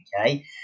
okay